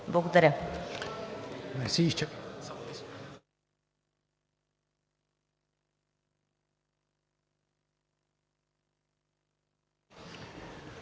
Благодаря.